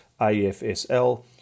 AFSL